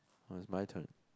now is my turn